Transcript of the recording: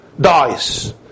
dies